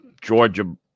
Georgia